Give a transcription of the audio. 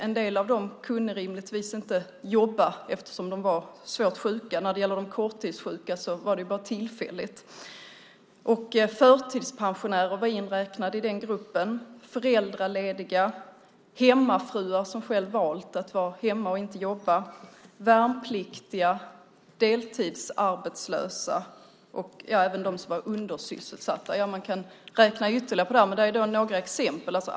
En del av dem kunde rimligtvis inte jobba eftersom de var svårt sjuka, men när det gäller de korttidssjuka var det ju bara tillfälligt. Förtidspensionärer var inräknade i gruppen liksom föräldralediga, hemmafruar som själva valt att vara hemma och inte jobba, värnpliktiga, deltidsarbetslösa och även undersysselsatta. Man kan räkna upp ytterligare grupper, men detta är några exempel.